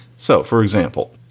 so, for example,